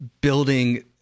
building